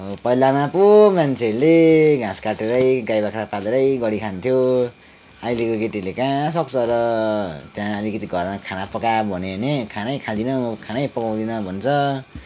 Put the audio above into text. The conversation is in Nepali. अब पहिलामा पो मान्छेहरूले घाँस काटेरै गाई बाख्रा पालेरै गरि खान्थ्यो अहिलेको केटीहरूले कहाँ सक्छ र त्यहाँ अलिकति घरमा खाना पका भन्यो भने खानै खाँदिन खानै पकाउदिनँ भन्छ